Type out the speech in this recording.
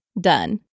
Done